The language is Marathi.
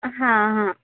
हा हा